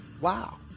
wow